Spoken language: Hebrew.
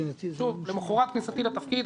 למחרת כניסתי לתפקיד,